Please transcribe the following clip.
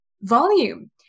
volume